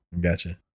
Gotcha